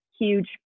huge